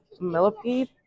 Millipede